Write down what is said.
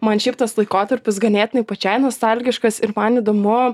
man šiaip tas laikotarpis ganėtinai pačiai nostalgiškas ir man įdomu